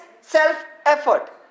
self-effort